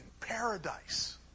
paradise